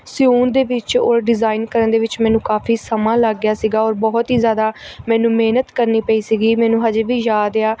ਸਿਉਣ ਦੇ ਵਿੱਚ ਔਰ ਡਿਜ਼ਾਇਨ ਕਰਨ ਦੇ ਵਿੱਚ ਮੈਨੂੰ ਕਾਫ਼ੀ ਸਮਾਂ ਲੱਗ ਗਿਆ ਸੀਗਾ ਔਰ ਬਹੁਤ ਹੀ ਜ਼ਿਆਦਾ ਮੈਨੂੰ ਮਿਹਨਤ ਕਰਨੀ ਪਈ ਸੀਗੀ ਮੈਨੂੰ ਹਜੇ ਵੀ ਯਾਦ ਆ